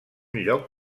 lloc